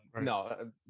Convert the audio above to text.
No